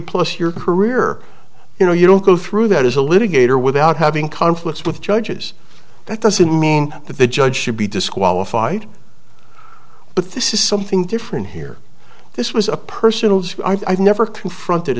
plus your career you know you don't go through that as a litigator without having conflicts with judges that doesn't mean that the judge should be disqualified but this is something different here this was a personally i've never confronted